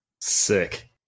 sick